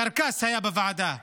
קרקס היה בוועדה,